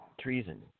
treason